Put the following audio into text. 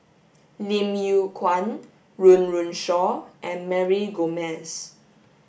Lim Yew Kuan Run Run Shaw and Mary Gomes